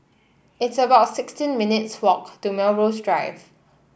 it's about sixteen minutes' walk to Melrose Drive